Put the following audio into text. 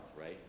right